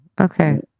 Okay